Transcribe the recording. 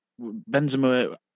Benzema